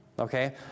Okay